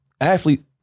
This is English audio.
athlete